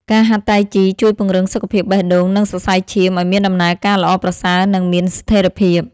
ការហាត់តៃជីជួយពង្រឹងសុខភាពបេះដូង និងសរសៃឈាមឱ្យមានដំណើរការល្អប្រសើរ និងមានស្ថិរភាព។